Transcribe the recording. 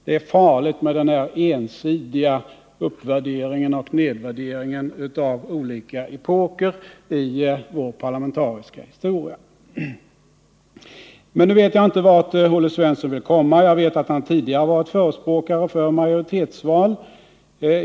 Det är farligt med den här ensidiga uppvärderingen och nedvärderingen av olika epoker i vår parlamentariska historia. Men nu vet jag inte vart Olle Svensson ville komma. Jag vet att han tidigare har varit förespråkare för majoritetsval.